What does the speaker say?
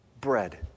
Bread